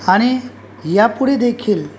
आणि यापुढे देखील